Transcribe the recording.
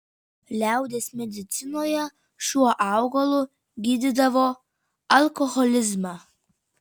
liaudies medicinoje šiuo augalu gydydavo alkoholizmą